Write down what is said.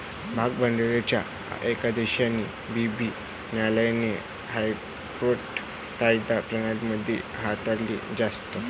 भाग भांडवलाच्या कायदेशीर बाबी न्यायालयीन कॉर्पोरेट कायदा प्रणाली मध्ये हाताळल्या जातात